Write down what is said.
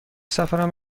سفرم